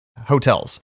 hotels